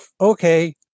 okay